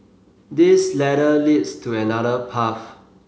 this ladder leads to another path